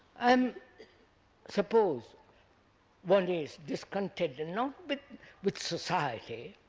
um suppose one is discontented, not but with society,